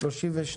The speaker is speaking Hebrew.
אין הערות.